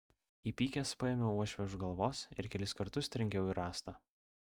įpykęs paėmiau uošvę už galvos ir kelis kartus trenkiau į rąstą